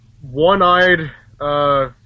one-eyed